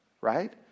Right